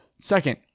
Second